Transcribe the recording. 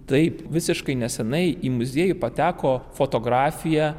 taip visiškai nesenai į muziejų pateko fotografija